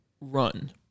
run